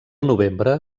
novembre